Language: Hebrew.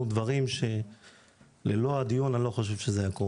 דברים שללא הדיון אני לא חושב שזה היה קורה.